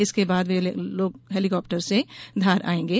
इसके बाद वे हेलीकॉप्टर से धार आएंगे